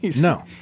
No